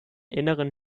inneren